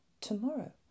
tomorrow